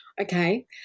okay